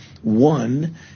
One